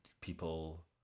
people